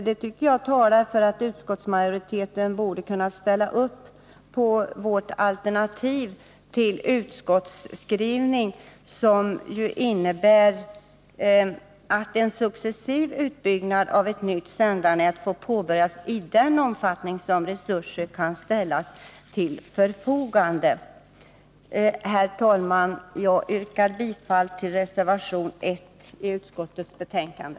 Det tycker jag talar för att utskottsmajoriteten borde kunnat ställa upp på vårt alternativ till utskottsskrivning, vilket ju innebär att en successiv utbyggnad av ett nytt sändarnät får påbörjas i den omfattning som resurser kan ställas till förfogande. Herr talman! Jag yrkar bifall till reservation 1 i utskottets betänkande.